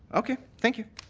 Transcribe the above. okay, thank you.